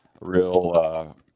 real